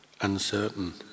uncertain